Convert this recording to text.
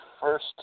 first